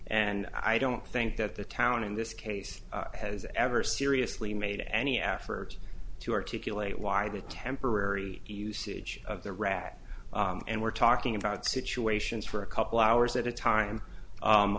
and i don't think that the town in this case has ever seriously made any effort to articulate why the temporary usage of the rod and we're talking about situations for a couple hours at a time